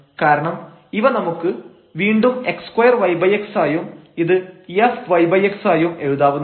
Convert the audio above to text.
കാരണം ഇവ നമുക്ക് വീണ്ടും x2yx ആയും ഇത് f yx ആയും എഴുതാവുന്നതാണ്